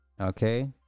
Okay